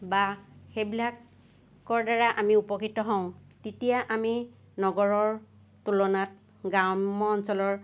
বা সেইবিলাকৰ দ্বাৰা আমি উপকৃত হওঁ তেতিয়া আমি নগৰৰ তুলনাত গ্ৰাম্য অঞ্চলৰ